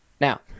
Now